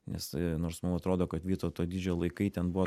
nes nors mum atrodo kad vytauto didžiojo laikai ten buvo